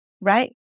right